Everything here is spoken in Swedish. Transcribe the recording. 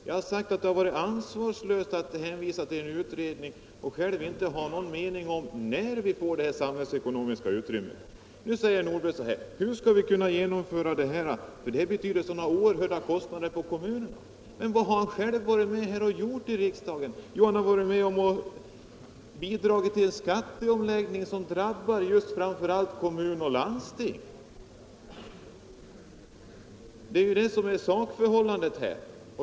Jag har sagt att det har varit ansvarslöst att hänvisa till en utredning och själv inte ha någon mening om när vi får det här samhällsekonomiska utrymmet. Nu säger herr Nordberg: Hur skall vi kunna genomföra den här arbetstidsförkortningen, det betyder ju sådana oerhörda kostnader för kommunerna. Men vad har han själv varit med om här i riksdagen? Han har bidragit till en skatteomläggning som drabbar framför allt kommuner och landsting. Det är ju det som är sakförhållandet här.